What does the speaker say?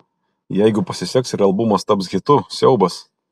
jeigu pasiseks ir albumas taps hitu siaubas